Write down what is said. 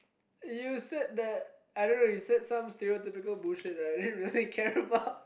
you said that I don't know you said some stereotypical bullshit that I didn't really care about